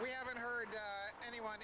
we haven't heard anyone